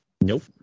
Nope